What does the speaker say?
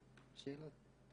יש שאלות?